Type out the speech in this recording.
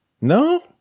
No